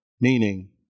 Meaning